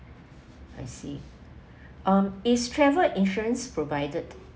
I see um is travel insurance provided